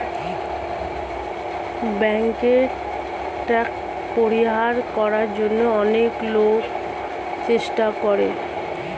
ব্যাংকে ট্যাক্স পরিহার করার জন্য অনেক লোকই চেষ্টা করে